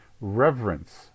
reverence